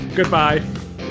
Goodbye